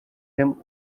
him